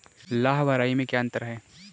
लाह व राई में क्या अंतर है?